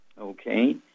okay